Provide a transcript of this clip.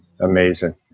Amazing